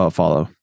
follow